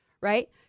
Right